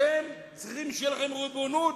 אתם צריכים שתהיה לכם ריבונות,